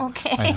Okay